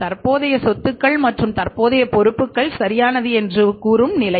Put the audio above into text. தற்போதைய சொத்துக்கள் மற்றும் தற்போதைய பொறுப்புகள் சரியானது என்று கூறும் நிலை